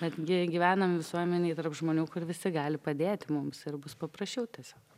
betgi gyvenam visuomenėj tarp žmonių kur visi gali padėti mums ir bus paprasčiau tiesiog